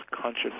conscious